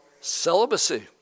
Celibacy